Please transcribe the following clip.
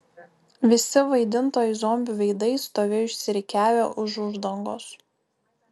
visi vaidintojai zombių veidais stovėjo išsirikiavę už uždangos